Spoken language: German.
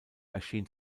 erschien